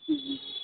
হুম